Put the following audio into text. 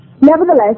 Nevertheless